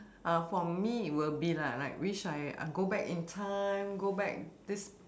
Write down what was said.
uh for me it will be lah like wish I I go back in time go back this